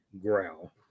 growl